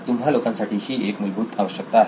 तुम्हा लोकांसाठी ही एक मूलभूत आवश्यकता आहे